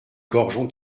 gorgeons